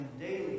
daily